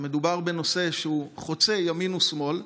מדובר בנושא שהוא חוצה ימין ושמאל,